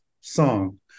song